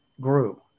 grew